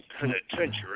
penitentiary